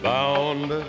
Bound